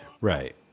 Right